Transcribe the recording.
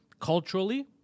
Culturally